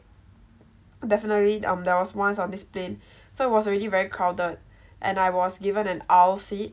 definitely um there was once on this plane so it was already very crowded and I was given an aisle seat